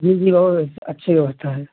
जी जी बहुत अच्छे से होता है